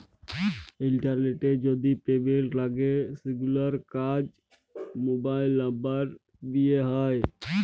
ইলটারলেটে যদি পেমেল্ট লাগে সেগুলার কাজ মোবাইল লামবার দ্যিয়ে হয়